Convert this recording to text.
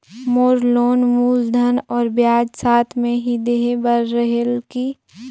मोर loan मूलधन और ब्याज साथ मे ही देहे बार रेहेल की?